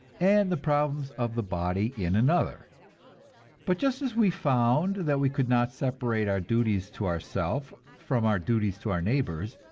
and the problems of the body in another but just as we found that we could not separate our duties to ourself from our duties to our neighbors,